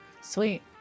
Sweet